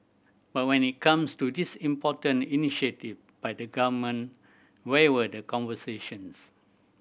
but when it comes to this important initiative by the Government where were the conversations